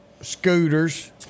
scooters